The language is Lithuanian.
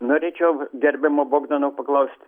norėčiau gerbiamo bogdano paklaust